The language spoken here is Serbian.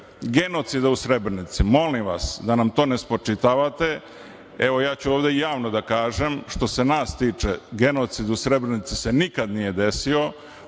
genocida u Srebrenici, molim vas da nam to ne spočitavate. Evo, ja ću ovde javno da kažem, što se nas tiče, genocid u Srebrenici se nikada nije desio.